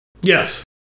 Yes